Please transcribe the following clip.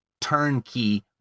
turnkey